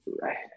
right